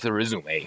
resume